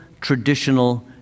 traditional